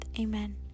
Amen